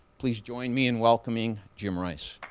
please join me in welcoming jim rice.